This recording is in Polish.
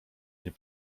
nie